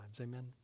Amen